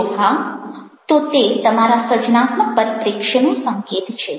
જો હા તો તે તમારા સર્જનાત્મક પરિપ્રેક્ષ્યનો સંકેત છે